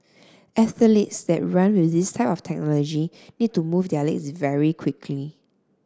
athletes that run with this type of technology need to move their legs very quickly